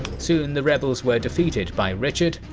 soon the rebels were defeated by richard,